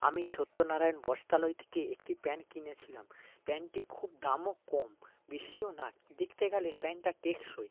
আমি সত্যনারায়ণ বস্ত্রালয় থেকে একটি প্যান্ট কিনেছিলাম প্যান্টটি খুব দামও কম বেশিও না দেখতে গেলে প্যান্টটা টেকসই